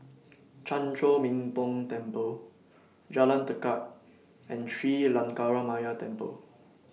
Chan Chor Min Tong Temple Jalan Tekad and Sri Lankaramaya Temple